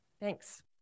Thanks